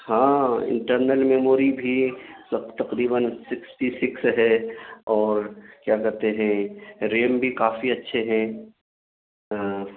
ہاں internal memory بھی تقریباً سکسٹی سکس ہے اور کیا کہتے ہیں ریم بھی کافی اچھے ہیں ہاں